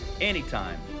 anytime